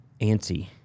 antsy